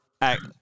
act